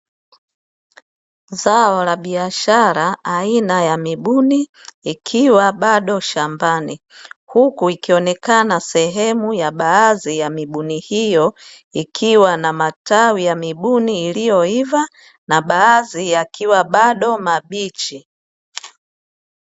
Zao la bishara aina ya mibuni ikiwa bado shambani huku ikionekana sehemu ya baadhi ya mibuni hiyo ikiwa na matawi ya mibuni iliyoiva na baadhi yakiwa bado mabichi.